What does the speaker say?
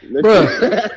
Bro